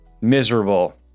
miserable